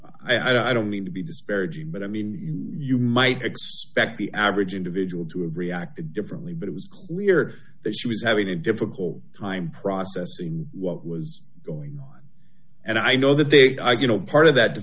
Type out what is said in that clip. normal i don't mean to be disparaging but i mean you might expect the average individual to have reacted differently but it was clear that she was having a difficult time processing what was going on and i know that they are you know part of that